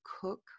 cook